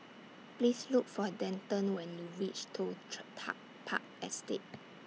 Please Look For Denton when YOU REACH Toh Chor Tuck Park Estate